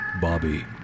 Bobby